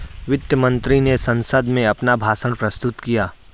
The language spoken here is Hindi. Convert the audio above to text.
वित्त मंत्री ने संसद में अपना भाषण प्रस्तुत किया